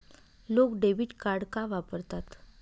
लोक debit card का वापरतात?